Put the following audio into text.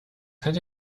hätte